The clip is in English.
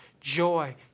joy